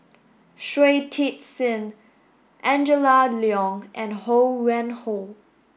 Shui Tit Sing Angela Liong and Ho Yuen Hoe